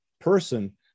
person